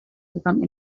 become